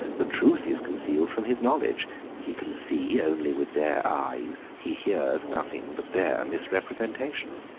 the truth is concealed from his knowledge he can see only with their eyes, he hears nothing but their misrepresentations.